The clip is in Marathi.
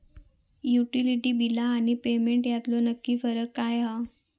युटिलिटी बिला आणि पेमेंट यातलो नक्की फरक काय हा?